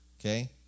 okay